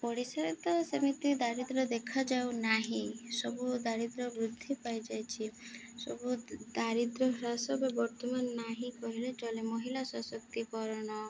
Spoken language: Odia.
ଓଡ଼ିଶାରେ ତ ସେମିତି ଦାରିଦ୍ର ଦେଖାଯାଉ ନାହିଁ ସବୁ ଦାରିଦ୍ର୍ୟ ବୃଦ୍ଧି ପାଇଯାଇଛି ସବୁ ଦାରିଦ୍ର୍ୟ ହ୍ରାସବେ ବର୍ତ୍ତମାନ ନାହିଁ କହିଲେ ଚଲେ ମହିଳା ସଶକ୍ତିକରଣ